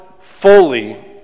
fully